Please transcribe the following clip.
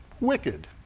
wicked